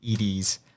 EDs